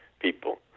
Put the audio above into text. people